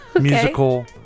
musical